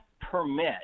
permit